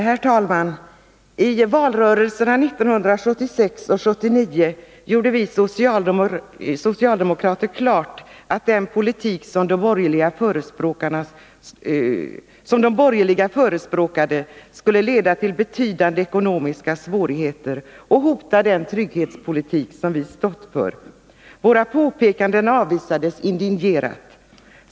Herr talman! I valrörelserna 1976 och 1979 gjorde vi socialdemokrater klart att den politik som de borgerliga förespråkade skulle leda till betydande ekonomiska svårigheter och hota den trygghetspolitik som vi stått för. Våra påpekanden avvisades indignerat.